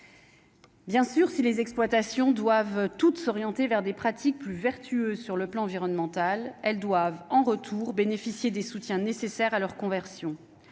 Bien sûr si les exploitations doivent toutes s'orienter vers des pratiques plus vertueux sur le plan environnemental, elles doivent en retour bénéficier des soutiens nécessaires à leur conversion,